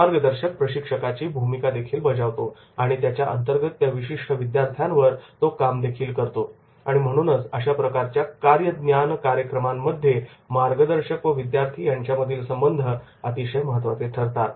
मार्गदर्शक प्रशिक्षकाची भूमिका देखील बजावतो आणि त्याच्या अंतर्गत त्या विशिष्ट विद्यार्थ्यावर तो काम देखील करतो आणि म्हणूनच अशा प्रकारच्या कार्यज्ञान कार्यक्रमांमध्ये मार्गदर्शक व विद्यार्थी यांच्यामधील संबंध अतिशय महत्त्वाचे ठरतात